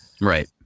Right